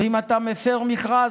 ואם אתה מפר מכרז,